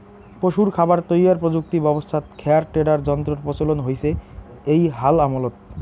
পশুর খাবার তৈয়ার প্রযুক্তি ব্যবস্থাত খ্যার টেডার যন্ত্রর প্রচলন হইচে এ্যাই হাল আমলত